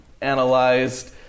analyzed